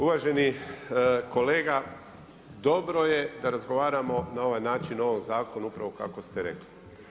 Uvaženi kolega dobro je da razgovaramo na ovaj način o ovom zakonu upravo kako ste rekli.